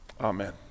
Amen